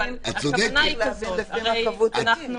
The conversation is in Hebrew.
והם מסתובבים, צריך להבין לפי מה קבעו את הגיל.